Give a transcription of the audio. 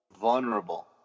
vulnerable